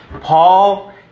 Paul